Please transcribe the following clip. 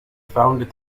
founded